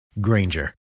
Granger